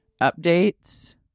updates